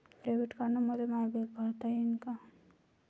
Debit कार्डानं मले माय बिल भरता येईन का?